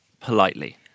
politely